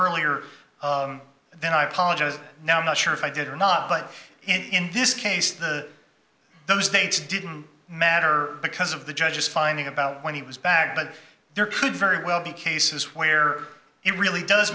earlier then i apologize now i'm not sure if i did or not but in this case the those dates didn't matter because of the judge's finding about when he was back but there could very well be cases where it really does